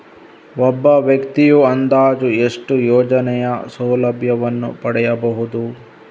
ಒಬ್ಬ ವ್ಯಕ್ತಿಯು ಅಂದಾಜು ಎಷ್ಟು ಯೋಜನೆಯ ಸೌಲಭ್ಯವನ್ನು ಪಡೆಯಬಹುದು?